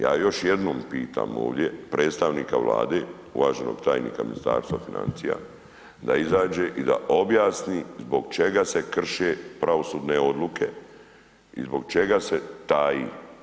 Ja još jednom pitam ovdje predstavnika Vlade, uvaženog tajnika Ministarstva financija da izađe i da objasni zbog čega se krše pravosudne odluke i zbog čega se taji?